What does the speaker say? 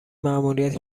مأموریت